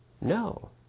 No